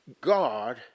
God